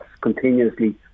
continuously